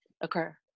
occur